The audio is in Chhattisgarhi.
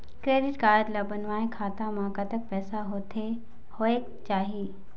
क्रेडिट कारड ला बनवाए खाता मा कतक पैसा होथे होएक चाही?